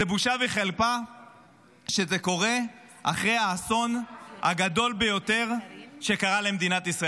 זו בושה וחרפה שזה קורה אחרי האסון הגדול ביותר שקרה למדינת ישראל.